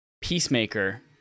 Peacemaker